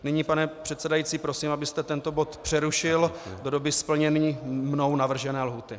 Nyní, pane předsedající, prosím, abyste tento bod přerušil do doby splnění mnou navržené lhůty.